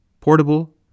portable